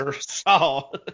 saw